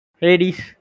ladies